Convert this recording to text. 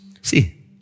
See